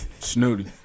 Snooty